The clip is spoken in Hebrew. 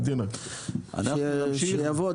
שיבוא.